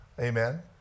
Amen